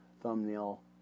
thumbnail